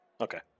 Okay